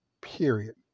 Period